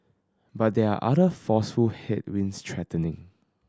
but there are other forceful headwinds threatening